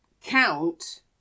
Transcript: count